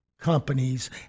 companies